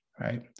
right